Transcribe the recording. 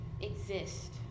exist